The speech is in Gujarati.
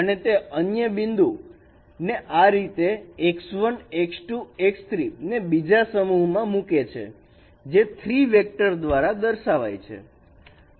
અને તે અન્ય રીતે બિંદુ ને આ રીતે x1 x2 x3 ને બીજા સમૂહ માં મૂકે છે જે 3 વેક્ટર દ્વારા દર્શાવાય છે